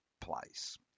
place